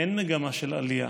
אין מגמה של עלייה.